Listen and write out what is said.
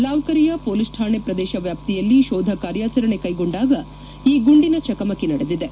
ಲಾವ್ಕರಿಯ police ಕಾಣೆ ಪ್ರದೇಶ ವ್ಯಾಪ್ತಿಯಲ್ಲಿ ಶೋಧ ಕಾರ್ಯಾಚರಣೆ ಕೈಗೊಂಡಾಗ ಈ ಗುಂಡಿನ ಚಕಮಕಿ ನಡೆದಿದೆ